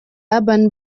urban